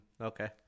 Okay